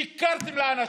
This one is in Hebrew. שיקרתם לאנשים.